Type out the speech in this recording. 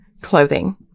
clothing